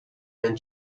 and